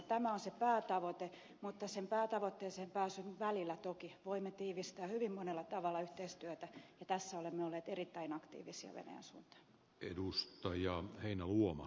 tämä on se päätavoite mutta sen päätavoitteeseen pääsyn välillä toki voimme tiivistää hyvin monella tavalla yhteistyötä ja tässä olemme olleet erittäin aktiivisia venäjän suuntaan